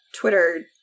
Twitter